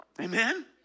Amen